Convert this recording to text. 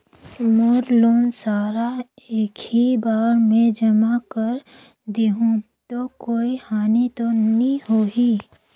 मोर loan सारा एकी बार मे जमा कर देहु तो कोई हानि तो नी होही?